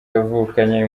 yavukanye